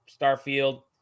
Starfield